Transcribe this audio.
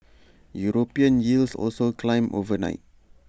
european yields also climbed overnight